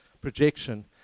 projection